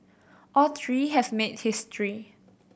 all three have made history